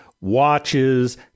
watches